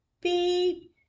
beep